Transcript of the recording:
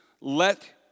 let